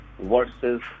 versus